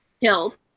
killed